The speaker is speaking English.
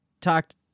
talked